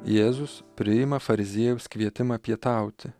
jėzus priima fariziejaus kvietimą pietauti